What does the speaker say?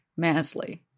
Masley